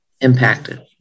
impacted